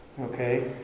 Okay